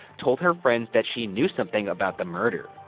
told her friends that she knew something about the murder.